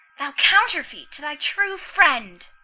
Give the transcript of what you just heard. thou counterfeit to thy true friend!